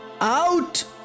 Out